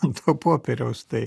ant to popieriaus tai